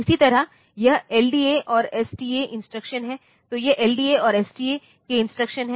इसी तरह यह एलडीए और एसटीए इंस्ट्रक्शन है तो यह LDA और STA के इंस्ट्रक्शन हैं